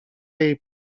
jej